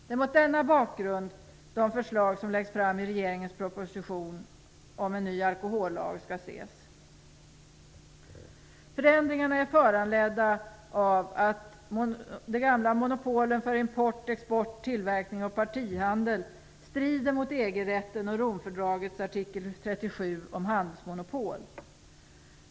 Det är mot denna bakgrund de förslag som läggs fram i regeringens proposition om en ny alkohollag skall ses. Förändringarna är föranledda av att de gamla monopolen för import, export, tillverkning och partihandel strider mot EG-rätten och Romfördragets artikel 37 om handelsmonopol.